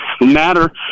matter